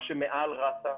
מה שמעל רת"א,